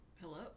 Hello